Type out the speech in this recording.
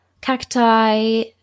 cacti